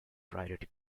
priority